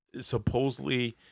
supposedly